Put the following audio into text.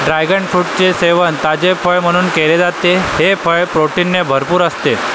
dragon फ्रूटचे सेवन ताजे फळ म्हणून केले जाते, हे फळ प्रोटीनने भरपूर असते